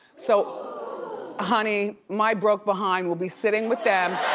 so honey, my broke behind will be sitting with them.